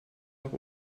nach